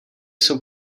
jsou